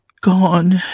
gone